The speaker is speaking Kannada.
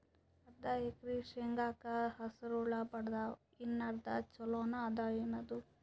ಅರ್ಧ ಎಕರಿ ಶೇಂಗಾಕ ಹಸರ ಹುಳ ಬಡದಾವ, ಇನ್ನಾ ಅರ್ಧ ಛೊಲೋನೆ ಅದ, ಏನದು?